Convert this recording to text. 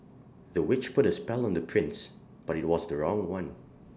the witch put A spell on the prince but IT was the wrong one